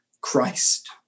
Christ